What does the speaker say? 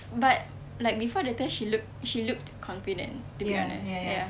but like before the test she look she looked confident to be honest ya